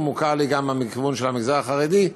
זה מוכר לי גם מהכיוון של המגזר החרדי,